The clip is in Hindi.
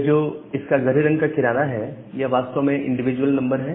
यह जो इसका गहरे रंग का किनारा है यह वास्तव में इंडिविजुअल नंबर है